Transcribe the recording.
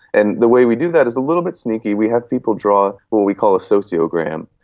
and the way we do that is a little bit sneaky, we have people draw what we call a socio-gram.